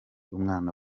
umwana